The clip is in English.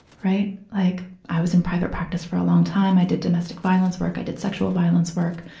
right. like i was in private practice for a long time. i did domestic violence work, i did sexual violence work.